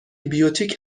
بیوتیک